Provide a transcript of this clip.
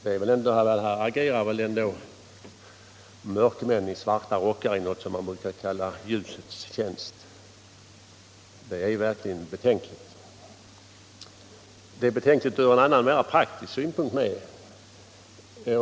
Här agerar väl ändå mörkmän i svarta rockar i något som man brukar vilja kalla ljusets tjänst! Detta är verkligen betänkligt, även ur en annan, mera praktisk syn punkt.